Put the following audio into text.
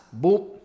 Boop